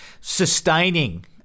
sustaining